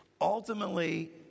Ultimately